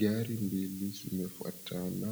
Gari mbili zimefuatana